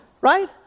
right